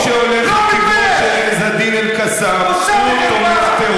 אני מבקש ממך, הוא צריך להתנצל.